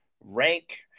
rank